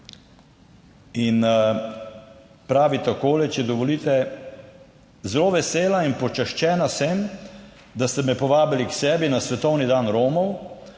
in pravi takole, če dovolite: »Zelo vesela in počaščena sem, da ste me povabili k sebi na svetovni dan Romov,